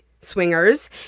swingers